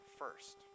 first